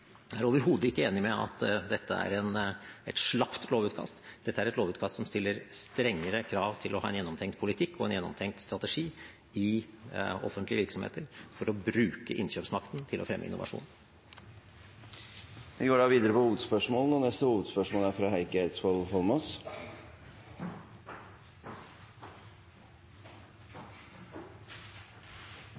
er overhodet ikke enig i at dette er et slapt lovutkast. Dette er et lovutkast som stiller strengere krav til å ha en gjennomtenkt politikk og en gjennomtenkt strategi i offentlige virksomheter for å bruke innkjøpsmakten til å fremme innovasjon. Vi går videre til neste hovedspørsmål. Klima- og miljøministeren kan bare bli stående. To vedtak fra